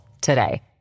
today